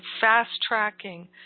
fast-tracking